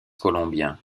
colombiens